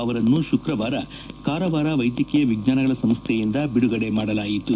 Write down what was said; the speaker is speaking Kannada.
ಅವರನ್ನು ಶುಕ್ರವಾರ ಕಾರವಾರ ವೈದ್ಯಕೀಯ ವಿಜ್ಞಾನಗಳ ಸಂಸ್ಥೆಯಿಂದ ಬಿಡುಗಡೆ ಮಾಡಲಾಯಿತು